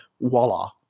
voila